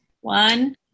One